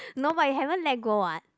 no I haven't let go one